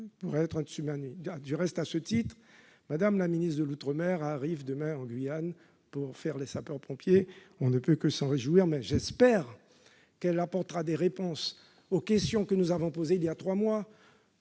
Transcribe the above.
Au reste, Mme la ministre de l'outre-mer arrive demain en Guyane pour jouer les sapeurs-pompiers ... On ne peut que s'en réjouir, mais j'espère qu'elle apportera des réponses aux questions que nous avons posées voilà trois mois.